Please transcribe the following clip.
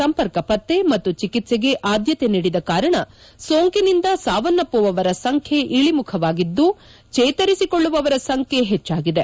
ಸಂಪರ್ಕ ಪತ್ತೆ ಮತ್ತು ಚಿಕಿತ್ಸೆಗೆ ಆದ್ದತೆ ನೀಡಿದ ಕಾರಣ ಸೋಂಕಿನಿಂದ ಸಾವನ್ನಮ್ವವರ ಸಂಖ್ಲೆ ಇಳಿಮುಖವಾಗಿದ್ದು ಚೇತರಿಸಿಕೊಳ್ಳುವವರ ಸಂಖ್ಲೆ ಹೆಚ್ಚಾಗಿದೆ